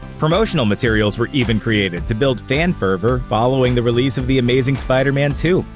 promotional materials were even created to build fan fervor following the release of the amazing spider-man two.